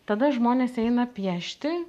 tada žmonės eina piešti